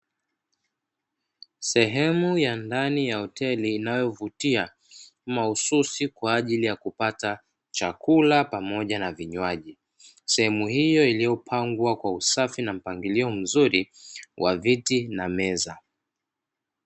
Sehemu ya ndani ya hoteli inayovutia mahusisi kwa ajili ya kupata chakula, pamoja na vinywaji. Sehemu hiyo iliyopangwa kwa usafi na mpangilio mzuri, wa viti na meza.